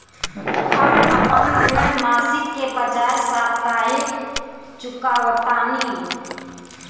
हम अपन ऋण मासिक के बजाय साप्ताहिक चुकावतानी